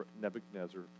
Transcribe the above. Nebuchadnezzar